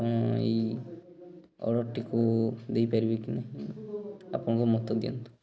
ଆପଣ ଏଇ ଅର୍ଡ଼ର୍ଟିକୁ ଦେଇପାରିବେ କି ନାହିଁ ଆପଣଙ୍କ ମତ ଦିଅନ୍ତୁ